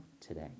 today